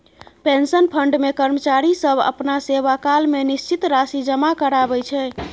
pension fund मे कर्मचारी सब अपना सेवाकाल मे निश्चित राशि जमा कराबै छै